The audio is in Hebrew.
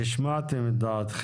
תודה.